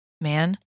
man